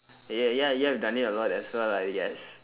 ya ya we've done it a lot as well I guess